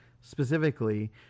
specifically